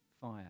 fire